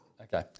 Okay